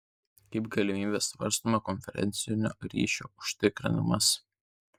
kaip galimybė svarstoma konferencinio ryšio užtikrinimas